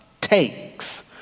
takes